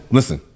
listen